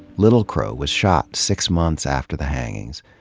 little crow was shot six months after the hangings.